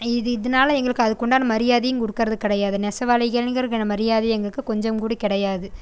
இது இதனால எங்களுக்கு அதுக்குண்டான மரியாதையும் கொடுக்கறது கிடையாது நெசவாளிகள்கிறங்கிற மரியாதை எங்களுக்கு கொஞ்சம் கூட கிடையாது